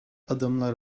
adımlar